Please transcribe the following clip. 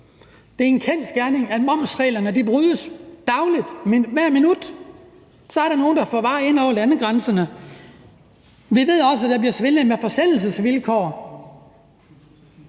Det er en kendsgerning, at momsreglerne brydes dagligt, og hvert minut er der nogle, der får varer ind over landegrænserne. Vi ved også, at der bliver svindlet med forsendelsesvilkår.